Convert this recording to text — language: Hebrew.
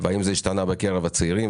כולל האם זה השתנה בקרב צעירים.